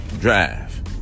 Drive